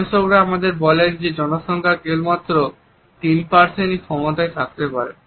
গবেষকরা আমাদের বলেন যে জনসংখ্যার কেবলমাত্র 3 এর এই ক্ষমতা থাকতে পারে